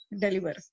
deliver